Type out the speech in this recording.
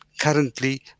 currently